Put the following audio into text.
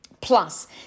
Plus